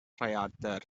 rhaeadr